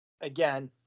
again